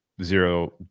zero